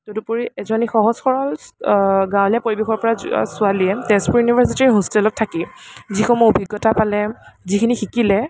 তদুপৰি এজনী সহজ সৰল গাঁৱলীয়া পৰিবেশৰ পৰা যোৱা ছোৱালীয়ে তেজপুৰ ইউনিভাৰ্চিটীৰ হোষ্টেলত থাকি যি সমূহ অভিজ্ঞতা পালে যিখিনি শিকিলে